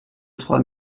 trois